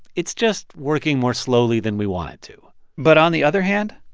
it's just working more slowly than we want it to but on the other hand,